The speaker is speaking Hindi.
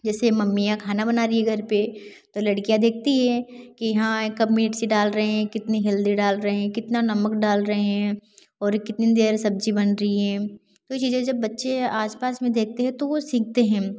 जैसे मम्मियाँ खाना बना रही है घर पर तो लड़कियाँ देखती हैं कि हाँ कब मिर्ची डाल रहे हैं कितनी हल्दी डाल रहे हैं कितना नमक डाल रहे हैं और कितनी देर सब्ज़ी बन रही है तो यह चीज़ें जब बच्चे आसपास में देखते हैं तो वह सीखते हैं